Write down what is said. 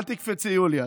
אל תקפצי יוליה,